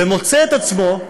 ומוצא את עצמו,